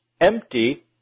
empty